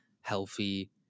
healthy